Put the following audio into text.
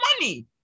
money